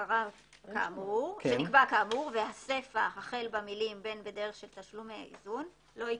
שנקבע כאמור" והסיפא החל במילים "בין בדרך של תשלומי איזון" לא ייקראו.